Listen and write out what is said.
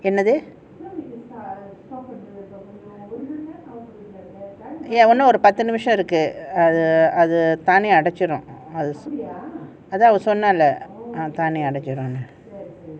என்னது:ennathu ya இன்னொரு பத்து நிமிஷம் இருக்கு:innoru pathu nimisham iruku err அது தானே அனஜுடும் அதா அவ சொன்னால்ல அது தானே அடஞ்சுடும்:athu thaane anajudum athaa ava sonnalla athu thaane adanjudum